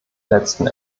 letzten